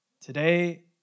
Today